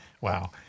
Wow